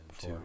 Two